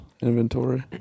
inventory